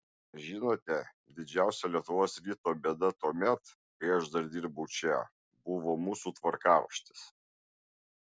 žinote didžiausia lietuvos ryto bėda tuomet kai aš dar dirbau čia buvo mūsų tvarkaraštis